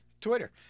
Twitter